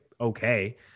okay